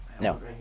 No